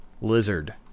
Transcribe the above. lizard